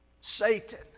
Satan